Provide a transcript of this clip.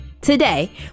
Today